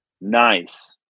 Nice